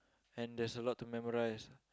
and there's a lot to memorise